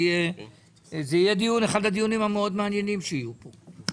זה יהיה אחד הדיונים המאוד מעניינים שיהיו פה.